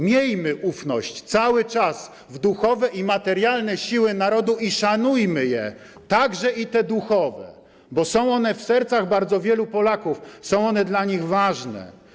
Miejmy ufność cały czas w duchowe i materialne siły narodu i szanujmy je, także i te duchowe, bo są one w sercach bardzo wielu Polaków, są one dla nich ważne.